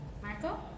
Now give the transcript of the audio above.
Marco